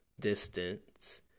distance